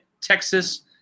Texas